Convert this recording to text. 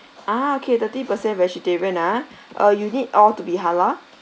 ah okay thirty percent vegetarian ah uh you need all to be halal